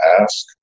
ask